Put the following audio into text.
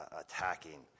attacking